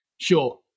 sure